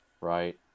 right